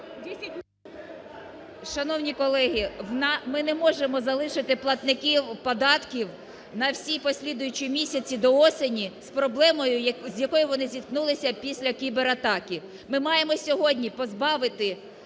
Шановні колеги, ми не можемо залишити платників податків на всі послідуючі місяці до осені з проблемою, з якою вони зіткнулися після кібератаки. Ми маємо сьогодні позбавити,